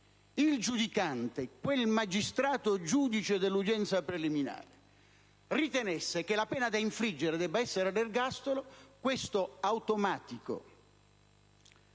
il giudicante, quel magistrato, giudice dell'udienza preliminare, ritenesse che la pena da infliggere debba essere l'ergastolo, questa automatica